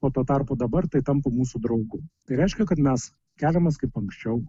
o tuo tarpu dabar tai tampa mūsų draugu tai reiškia kad mes keliamės kaip anksčiau